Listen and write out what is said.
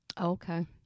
Okay